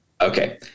Okay